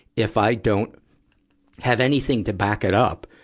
if i don't have anything to back it up,